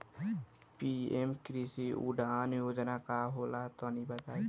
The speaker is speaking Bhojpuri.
पी.एम कृषि उड़ान योजना का होला तनि बताई?